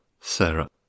Sarah